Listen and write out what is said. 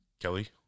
Kelly